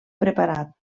preparat